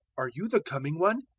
are you the coming one?